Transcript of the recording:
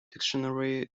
dictionary